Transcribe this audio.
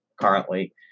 currently